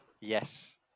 Yes